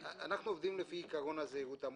אנחנו עובדים לפי עיקרון הזהירות המונעת,